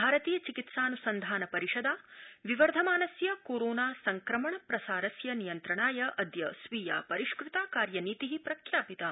भारतीय चिकित्सानुसन्धान परिषदा विवर्धमानस्य कोरोना संक्रमण प्रसारस्य नियन्त्रणाय अद्य स्वीया परिष्कृता कार्यनीति प्रख्यापिता